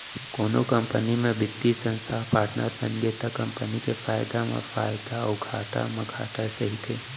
कोनो कंपनी म बित्तीय संस्था ह पाटनर बनगे त कंपनी के फायदा म फायदा अउ घाटा म घाटा सहिथे